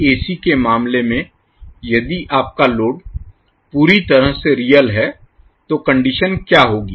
अब एसी के मामले में यदि आपका लोड पूरी तरह से रियल है तो कंडीशन क्या होगी